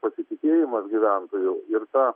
pasitikėjimas gyventojų ir tą